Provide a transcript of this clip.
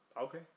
Okay